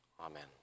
amen